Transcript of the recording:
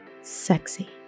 sexy